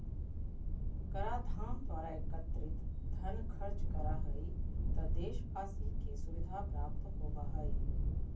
कराधान द्वारा एकत्रित धन खर्च करा हइ त देशवाशी के सुविधा प्राप्त होबा हइ